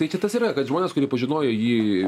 tai čia tas yra kad žmonės kurie pažinojo jį